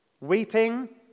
weeping